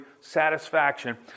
satisfaction